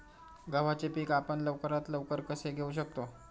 गव्हाचे पीक आपण लवकरात लवकर कसे घेऊ शकतो?